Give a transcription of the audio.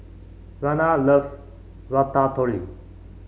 Rayna loves Ratatouille